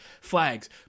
flags